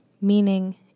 meaning